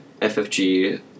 FFG